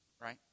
Right